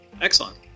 Excellent